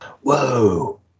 Whoa